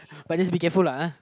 but just be careful lah